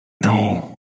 No